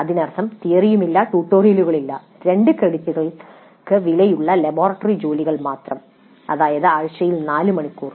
അതിനർത്ഥം ഒരു തിയറിയുമില്ല ട്യൂട്ടോറിയലുകളില്ല 2 ക്രെഡിറ്റുകൾക്ക് വിലയുള്ള ലബോറട്ടറി ജോലികൾ മാത്രം അതായത് ആഴ്ചയിൽ നാല് മണിക്കൂർ